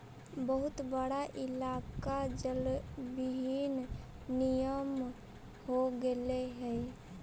बहुत बड़ा इलाका जलविहीन नियन हो गेले हई